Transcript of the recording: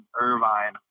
irvine